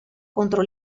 contro